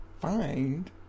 find